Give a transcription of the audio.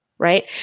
right